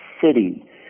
city